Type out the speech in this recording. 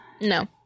No